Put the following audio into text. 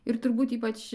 ir turbūt ypač